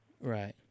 Right